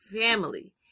family